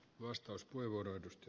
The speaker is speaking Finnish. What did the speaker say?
arvoisa puhemies